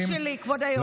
זה הזמן שלי, כבוד היו"ר.